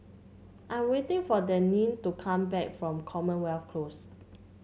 I'm waiting for Denine to come back from Commonwealth Close